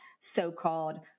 so-called